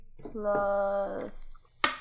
plus